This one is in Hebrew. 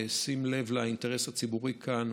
בשים לב לאינטרס הציבורי כאן,